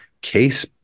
case